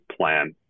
plan